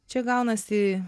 čia gaunasi